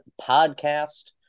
podcast